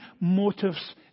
motives